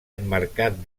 emmarcat